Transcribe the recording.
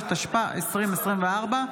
התשפ"ה 2024,